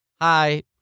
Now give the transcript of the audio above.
Hi